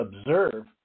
observe